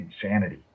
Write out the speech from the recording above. insanity